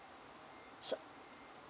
so